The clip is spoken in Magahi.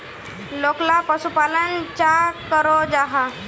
लोकला पशुपालन चाँ करो जाहा?